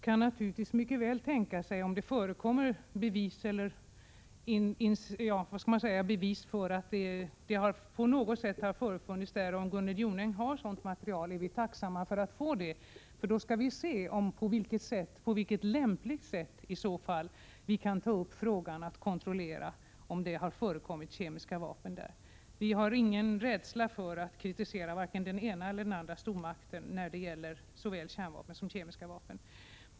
Om det finns bevis för att kemiska vapen förekommit i Afghanistan, om t.ex. Gunnel Jonäng har sådant material, är vi tacksamma för att få det. Då skall vi se på vilket lämpligt sätt vi i så fall kan kontrollera om det förekommit kemiska vapen i Afghanistan. Vi har ingen rädsla för att kritisera vare sig den ena eller den andra stormakten när det gäller såväl kärnvapen som kemiska vapen.